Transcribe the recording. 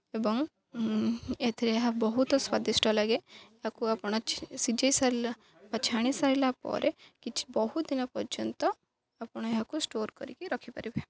ଏବଂ ଏଥିରେ ଏହା ବହୁତ ସ୍ଵାଦିଷ୍ଟ ଲାଗେ ଏହାକୁ ଆପଣ ସିଝାଇ ସାରିଲା ବା ଛାଣି ସାରିଲା ପରେ କିଛି ବହୁ ଦିନ ପର୍ଯ୍ୟନ୍ତ ଆପଣ ଏହାକୁ ଷ୍ଟୋର୍ କରିକି ରଖିପାରିବେ